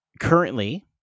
Currently